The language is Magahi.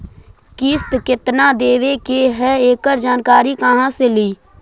किस्त केत्ना देबे के है एकड़ जानकारी कहा से ली?